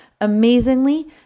Amazingly